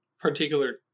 particular